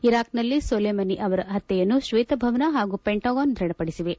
ಇರಾಕ್ನಲ್ಲಿ Soleimani ಅವರ ಹತ್ತೆಯನ್ನು ಶ್ವೇತಭವನ ಹಾಗೂ ಪೆಂಟಗಾನ್ ದೃಢಪಡಿಸಿವೆ